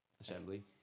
Assembly